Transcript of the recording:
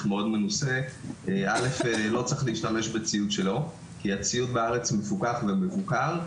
מאוד מנוסה לא צריך להשתמש בציוד שלו כי הציוד בארץ מפוקח ומבוקר,